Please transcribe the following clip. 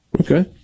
Okay